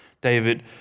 David